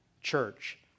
church